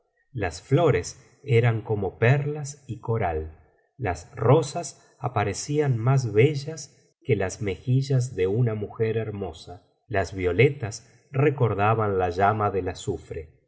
las flores eran como perlas y coral las rosas aparecían más bellas que las mejillas de una mujer hermosa las violetas recordaban la llama del azufre